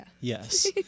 yes